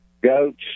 goats